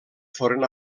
foren